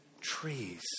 trees